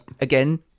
again